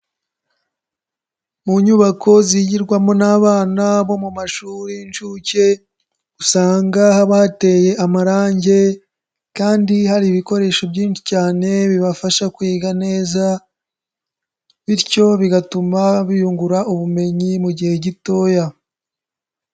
Mu nyubako zigirwamo n'abana bo mu mashuri y'inshuke, usanga haba hateye amarange kandi hari ibikoresho byinshi cyane bibafasha kwiga neza, bityo bigatuma biyungura ubumenyi mu gihe gitoya.